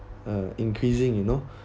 uh increasing you know